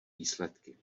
výsledky